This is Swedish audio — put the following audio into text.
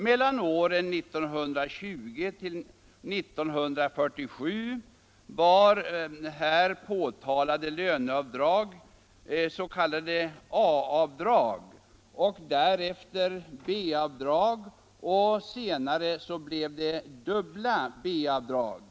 Under åren 1920-1947 var de här påtalade löneavdragen s.k. A-avdrag och därefter B-avdrag. Senare blev det dubbla B-avdrag.